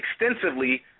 extensively